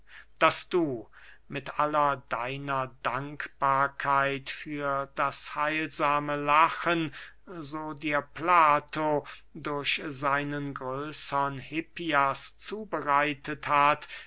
daß du mit aller deiner dankbarkeit für das heilsame lachen so dir plato durch seinen größern hippias zubereitet hat